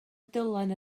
dylan